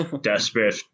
desperate